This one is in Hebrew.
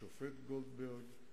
השופט גולדברג,